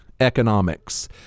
economics